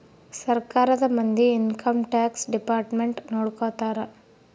ಸರ್ಕಾರದ ಮಂದಿ income tax department ನೊಡ್ಕೋತರ